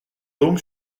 donc